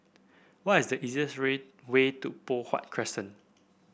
what is the easiest way way to Poh Huat Crescent